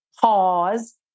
pause